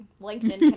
LinkedIn